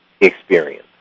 experience